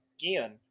again